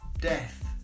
Death